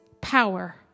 power